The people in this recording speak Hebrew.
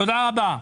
תודה רבה.